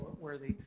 worthy